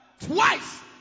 twice